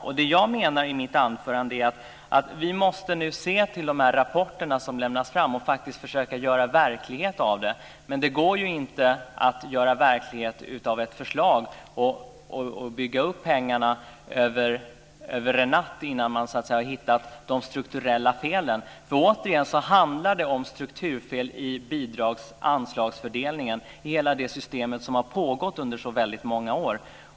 Vad jag menade i mitt anförande är att vi nu måste se till innehållet i de rapporter som lämnas fram och försöka göra verklighet av det. Men det går ju inte att göra verklighet av ett förslag och bygga upp pengar över en natt innan man har hittat de strukturella felen. Återigen handlar det om strukturfel i anslagsfördelningen i hela det system som har pågått under så många år.